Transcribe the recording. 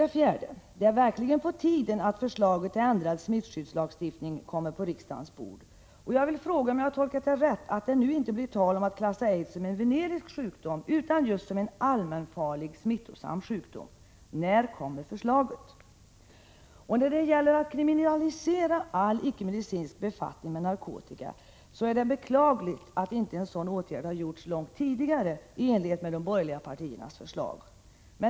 Det är verkligen på tiden att förslaget till ändrad smittskyddslagstiftning kommer på riksdagens bord. Har jag tolkat det rätt, att det nu inte blir tal om att klassa aids som en venerisk sjukdom utan just som en allmänfarlig smittosam sjukdom? När kommer förslaget? 5. I vad gäller att kriminalisera all icke-medicinsk befattning med narkotika är det beklagligt att inte en sådan åtgärd har vidtagits långt tidigare i enlighet med de borgerliga partiernas förslag.